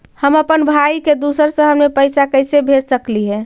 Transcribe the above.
हम अप्पन भाई के दूसर शहर में पैसा कैसे भेज सकली हे?